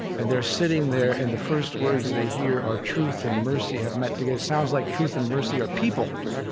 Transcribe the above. and they're sitting there, and the first words they hear are truth and mercy have met together it sounds like truth and mercy are people.